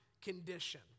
condition